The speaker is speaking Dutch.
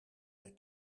mij